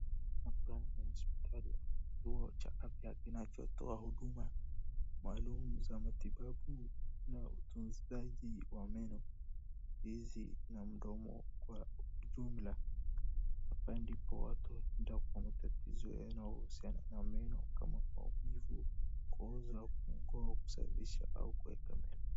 Hapa ni hospitali kituo cha afya kinachotoa huduma maalum za matibabu na utunzaji wa meno hizi na mdomo kwa ujumla. Hapa ndipo watu huenda kwa matatizo yanayohusiana na meno kama maumivu, kuoza, kung'oa, kusafisha au kuweka meno.